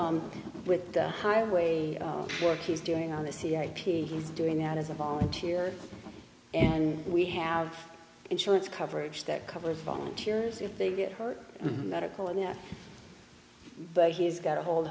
with the highway work he's doing on the c h p he's doing that as a volunteer and we have insurance coverage that covers volunteers if they get her medical and yeah but he's got a hold